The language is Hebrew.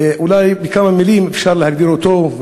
אולי בכמה מילים אפשר להגדיר אותו,